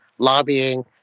Lobbying